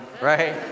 Right